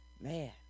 Man